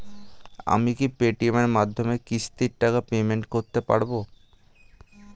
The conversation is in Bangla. আমি কি পে টি.এম এর মাধ্যমে কিস্তির টাকা পেমেন্ট করতে পারব?